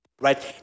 Right